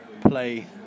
play